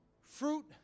Fruit